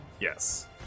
Yes